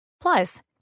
Plus